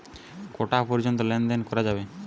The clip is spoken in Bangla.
কটা পর্যন্ত লেন দেন করা যাবে?